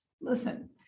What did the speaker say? Listen